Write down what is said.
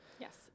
Yes